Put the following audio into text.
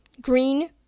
green